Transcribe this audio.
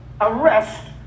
arrest